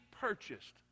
purchased